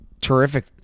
terrific